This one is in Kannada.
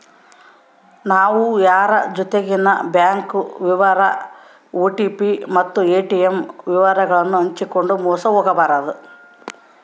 ನಾವು ಯಾರ್ ಜೊತಿಗೆನ ಬ್ಯಾಂಕ್ ವಿವರ ಓ.ಟಿ.ಪಿ ಮತ್ತು ಏ.ಟಿ.ಮ್ ವಿವರವನ್ನು ಹಂಚಿಕಂಡು ಮೋಸ ಹೋಗಬಾರದು